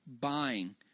buying